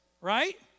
right